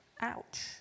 Ouch